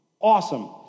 awesome